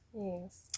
Yes